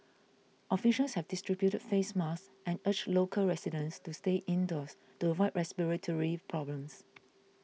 officials have distributed face masks and urged local residents to stay indoors to avoid respiratory problems